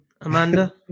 Amanda